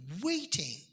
waiting